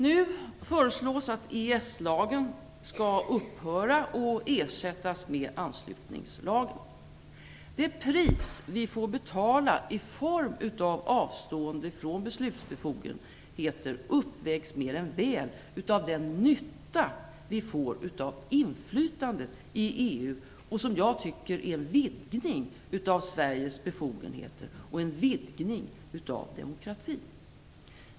Nu föreslås att EES-lagen skall upphöra och ersättas med anslutningslagen. Det pris vi får betala i form av avstående från beslutsbefogenheter uppvägs mer än väl av den nytta vi får av inflytandet i EU, som jag tycker är en vidgning av Sveriges befogenheter och en vidgning av demokratin.